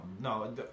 No